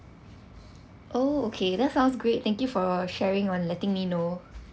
oh okay that sounds great thank you for sharing on letting me know